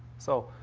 so,